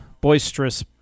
boisterous